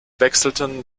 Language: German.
wechselten